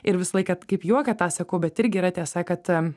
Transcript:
ir visą laiką kaip juoką tą sakau bet irgi yra tiesa kad